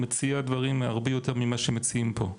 צרפת מציעה דברים הרבה יותר ממה שמציעים פה.